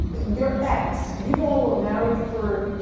your ex, you all were married for,